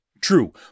True